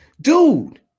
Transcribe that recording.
dude